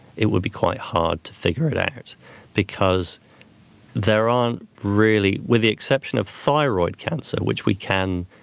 it would be quite hard to figure it out because there aren't really, with the exception of thyroid cancer, which we can